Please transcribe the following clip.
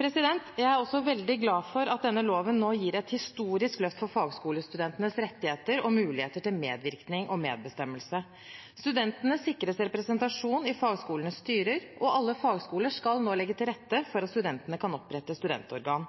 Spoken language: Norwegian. Jeg er også veldig glad for at denne loven gir et historisk løft for fagskolestudentenes rettigheter og muligheter til medvirkning og medbestemmelse. Studentene sikres representasjon i fagskolenes styrer, og alle fagskoler skal nå legge til rette for at studentene kan opprette et studentorgan.